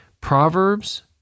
Proverbs